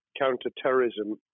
counter-terrorism